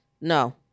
No